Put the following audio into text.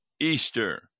Easter